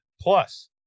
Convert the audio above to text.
Plus